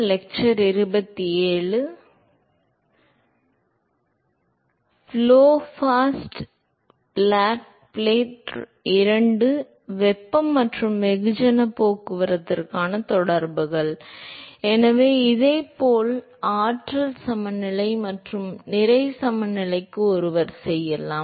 flow past flat plate II வெப்பம் மற்றும் வெகுஜன போக்குவரத்துக்கான தொடர்புகள் எனவே இதேபோல் ஆற்றல் சமநிலை மற்றும் நிறை சமநிலைக்கு ஒருவர் செய்யலாம்